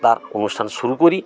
তার অনুষ্ঠান শুরু করি